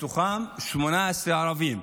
מתוכם 18 ערבים.